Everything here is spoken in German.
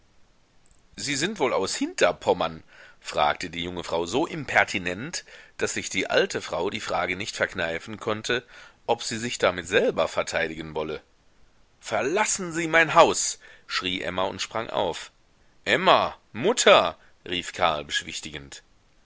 sie sind wohl aus hinterpommern fragte die junge frau so impertinent daß sich die alte frau die frage nicht verkneifen konnte ob sie sich damit selber verteidigen wolle verlassen sie mein haus schrie emma und sprang auf emma mutter rief karl beschwichtigend